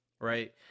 right